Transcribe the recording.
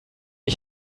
ich